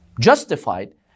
justified